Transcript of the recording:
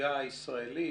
האוכלוסייה הישראלית,